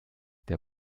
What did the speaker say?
der